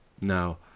Now